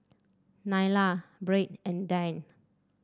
Nylah Byrd and Dayne